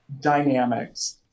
dynamics